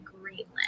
Greenland